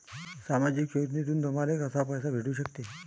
सामाजिक योजनेतून तुम्हाले कसा पैसा भेटू सकते?